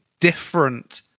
Different